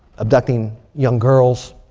abducting young girls.